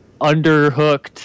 underhooked